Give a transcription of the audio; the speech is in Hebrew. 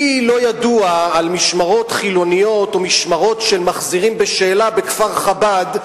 לי לא ידוע על משמרות חילוניות או משמרות של מחזירים בשאלה בכפר-חב"ד,